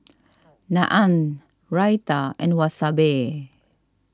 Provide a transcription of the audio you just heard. Naan Raita and Wasabi